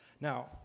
Now